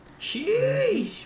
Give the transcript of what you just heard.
Sheesh